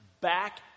back